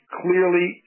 clearly